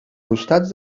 costats